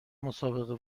مسابقه